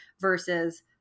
versus